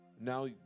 Now